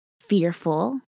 fearful